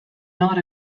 not